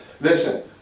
listen